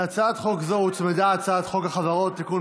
להצעת חוק זאת הוצמדה הצעת חוק החברות (תיקון,